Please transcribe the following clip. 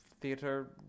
theater